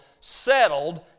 settled